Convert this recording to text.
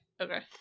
Okay